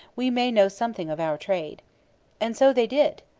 we may know something of our trade and so they did!